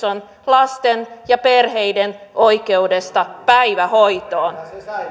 on lasten ja perheiden oikeudesta päivähoitoon